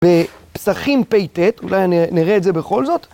בפסחים פ"ט, אולי נראה את זה בכל זאת.